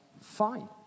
fine